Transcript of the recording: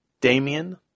Damien